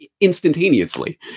instantaneously